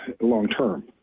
long-term